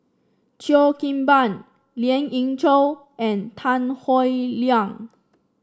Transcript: Cheo Kim Ban Lien Ying Chow and Tan Howe Liang